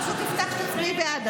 את פשוט הבטחת שתצביעי בעד,